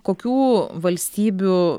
kokių valstybių